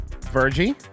Virgie